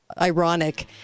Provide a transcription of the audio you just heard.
ironic